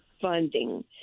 funding